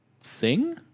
sing